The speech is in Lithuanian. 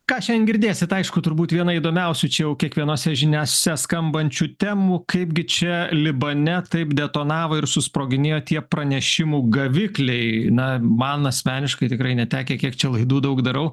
ką šian girdėsit aišku turbūt viena įdomiausių čia jau kiekvienose žiniase skambančių temų kaipgi čia libane taip detonavo ir susproginėjo tie pranešimų gavikliai na man asmeniškai tikrai netekę kiek čia laidų daug darau